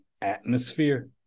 atmosphere